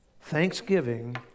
thanksgiving